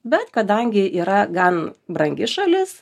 bet kadangi yra gan brangi šalis